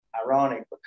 ironic